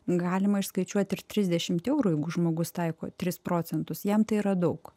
galima išskaičiuot ir trisdešimt eurų jeigu žmogus taiko tris procentus jam tai yra daug